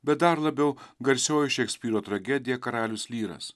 bet dar labiau garsioji šekspyro tragedija karalius lyras